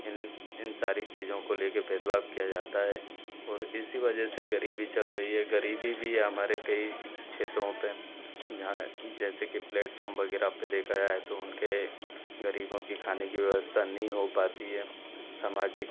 इन इन सारी चीज़ों को ले कर भेद भाव किया जाता है और इसी वजह से ग़रीबी चल रही है ग़रीबी भी है हमारे कई क्षेत्रों पर जहाँ जैसे कि प्लेटफ़ॉम वग़ैरह पर देखा जाए तो उनके ग़रीबों के खाने की व्यवस्ता नहीं हो पाती है सामाजिक